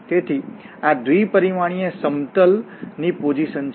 તેથી આ દ્વિ પરિમાણીય સમતલ ની પોઝિશન છે